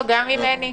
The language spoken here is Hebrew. גם ממני.